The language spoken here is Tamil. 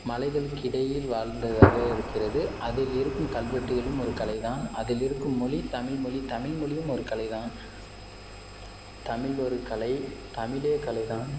மலைகளுக்கு இடையில் வாழந்ததாக இருக்கிறது அதில் இருக்கும் கல்வெட்டுகளும் ஒரு கலை தான் அதில் இருக்கும் மொழி தமிழ்மொலி தமிழ்மொலியும் ஒரு கலை தான் தமிழ் ஒரு கலை தமிழே கலை தான்